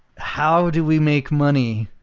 how do we make money?